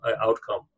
outcome